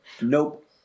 Nope